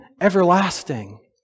everlasting